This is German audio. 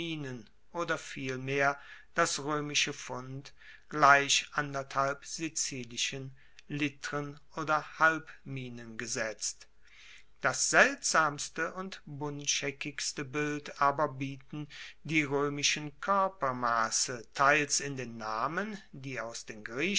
oder vielmehr das roemische pfund gleich anderthalb sizilischen litren oder halbminen gesetzt das seltsamste und buntscheckigste bild aber bieten die roemischen koerpermasse teils in den namen die aus den